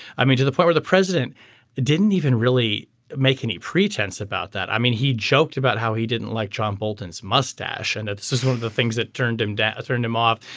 i mean to the point where the president didn't even really make any pretense about that. i mean he joked about how he didn't like john bolton's mustache and that's just one of the things that turned him down turned him off.